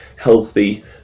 healthy